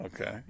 okay